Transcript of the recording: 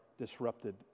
disrupted